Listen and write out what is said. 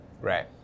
Right